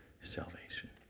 salvation